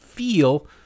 feel